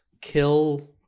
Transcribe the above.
Kill